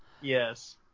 Yes